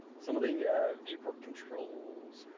some of the viewport controls.